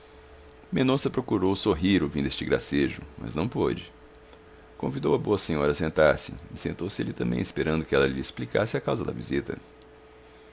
solteiro mendonça procurou sorrir ouvindo este gracejo mas não pôde convidou a boa senhora a sentar-se e sentou-se ele também esperando que ela lhe explicasse a causa da visita